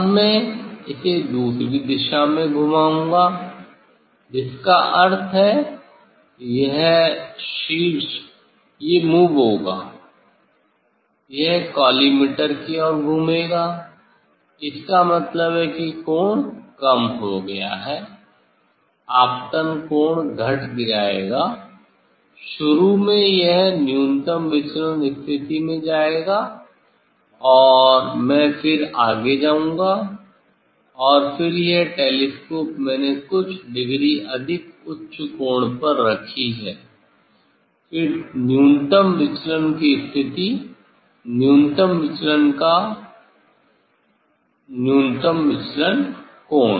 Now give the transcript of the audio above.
अब मैं इसे दूसरी दिशा में घुमाऊंगा जिसका अर्थ है यह शीर्ष ये मूव होगा यह कॉलीमेटर की ओर घूमेगा इसका मतलब है कि कोण कम हो गया है आपतन कोण घट जाएगा शुरू में यह न्यूनतम विचलन स्थिति में जाएगा और मैं फिर आगे जाऊंगा और फिर यह टेलीस्कोप मैंने कुछ डिग्री अधिक उच्च कोण पर रखी है फिर न्यूनतम विचलन की स्थिति न्यूनतम विचलन का न्यूनतम विचलन कोण